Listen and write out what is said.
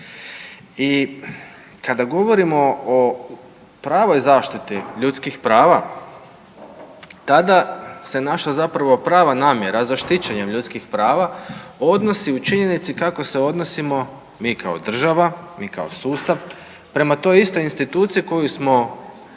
I kada govorimo o pravoj zaštiti ljudskih prava, tada se naša zapravo prava namjera za štićenjem ljudskih prava odnosi u činjenici kako se odnosimo mi kao država, mi kao sustav prema toj istoj instituciji koju smo imenovali